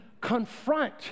confront